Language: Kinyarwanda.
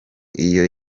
iyo